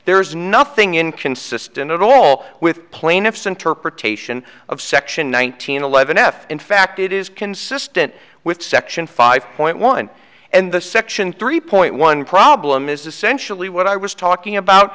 there is nothing inconsistent at all with plaintiff's interpretation of section one thousand and eleven f in fact it is consistent with section five point one and the section three point one problem is essentially what i was talking about